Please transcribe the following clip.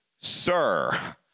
sir